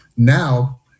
Now